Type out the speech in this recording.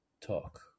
talk